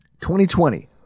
2020